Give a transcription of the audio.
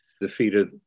defeated